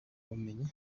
ubumenyi